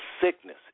sickness